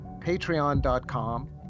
patreon.com